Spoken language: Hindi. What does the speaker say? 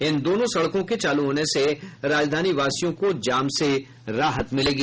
इन दोनों सड़कों के चालू होने से राजधानीवासियों को जाम से राहत मिलेगी